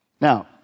Now